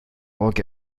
roc